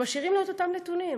ומשאירים לו את אותם נתונים.